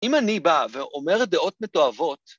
‫אם אני בא ואומר דעות מתועבות...